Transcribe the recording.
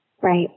right